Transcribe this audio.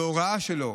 בהוראה שלו,